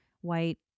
white